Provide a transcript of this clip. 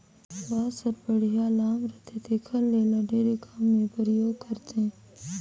बांस हर बड़िहा लाम रहथे तेखर ले एला ढेरे काम मे परयोग करथे